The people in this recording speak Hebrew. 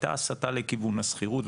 הייתה הסטה לכיוון השכירות,